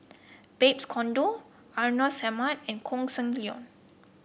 Babes Conde Hartinah Ahmad and Koh Seng Leong